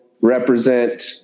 represent